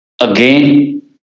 again